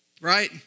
Right